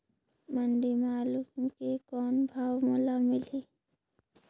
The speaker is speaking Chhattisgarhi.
मंडी म आलू के कौन भाव मोल मिलही?